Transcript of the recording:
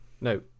No